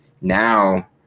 Now